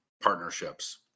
partnerships